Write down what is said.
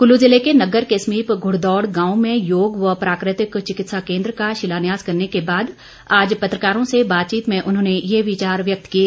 कुल्लू ज़िले के नग्गर के समीप घुड़दौड़ गांव में योग व प्राकृतिक चिकित्सा केंद्र का शिलान्यास करने के बाद आज पत्रकारों से बातचीत में उन्होंने ये विचार व्यक्त किए